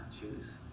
choose